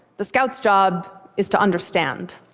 the scout's job is to understand.